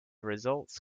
results